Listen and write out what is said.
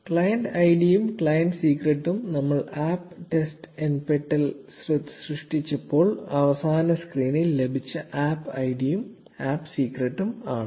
0419 client ഐഡിയും client സീക്രട്ടും നമ്മൾ APP ടെസ്റ്റ് nptel സൃഷ്ടിച്ചപ്പോൾ അവസാന സ്ക്രീനിൽ ലഭിച്ച APP ഐഡിയും APP സീക്രട്ടും ആണ്